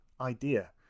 idea